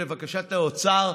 לבקשת האוצר,